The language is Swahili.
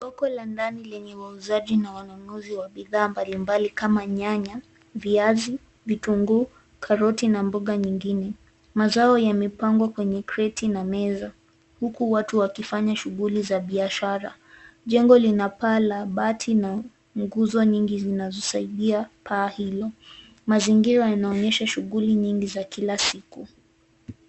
Soko la ndani lenye wauzaji na wanunuzi wa bidhaa mbalimbali kama nyanya, viazi, vitunguu, karoti na mboga nyingine. Mazao yamepangwa kwenye kreti na meza huku watu wakifanya shughuli za biashara. Jengo lina paa la bati na nguzo nyingi zinazosaidia paa hilo. Mazingira yanaonyesha shughuli nyingi za kila siku.